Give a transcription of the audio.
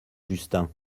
justin